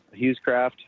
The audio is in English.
Hughescraft